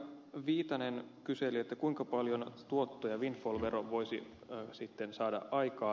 viitanen kyseli kuinka paljon tuottoja windfall vero voisi saada aikaan